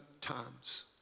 times